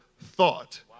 thought